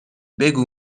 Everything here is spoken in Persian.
بگو